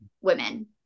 women